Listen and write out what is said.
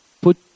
put